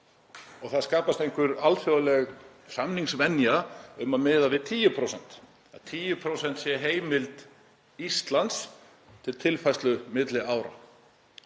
og það skapast einhver alþjóðleg samningsvenja um að miða við 10%, að 10% sé heimild Íslands til tilfærslu milli ára.